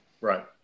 Right